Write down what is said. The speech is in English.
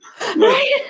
Right